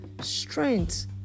strength